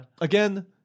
Again